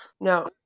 No